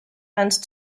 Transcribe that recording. and